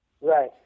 Right